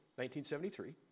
1973